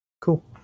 Cool